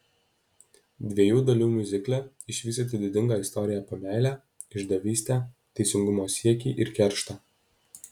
dviejų dalių miuzikle išvysite didingą istoriją apie meilę išdavystę teisingumo siekį ir kerštą